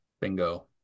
Bingo